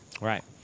Right